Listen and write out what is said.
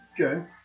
Okay